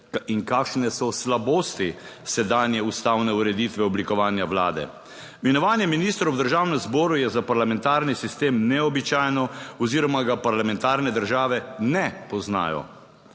In kakšne so slabosti sedanje ustavne ureditve oblikovanja vlade? Imenovanje ministrov v državnem zboru je za parlamentarni sistem neobičajno oziroma ga parlamentarne države ne poznajo.